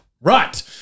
right